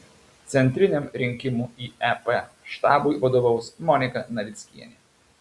centriniam rinkimų į ep štabui vadovaus monika navickienė